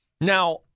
Now